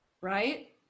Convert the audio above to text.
right